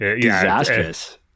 disastrous